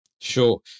Sure